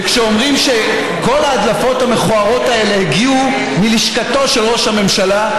וכשאומרים שכל ההדלפות המכוערות האלה הגיעו מלשכתו של ראש הממשלה,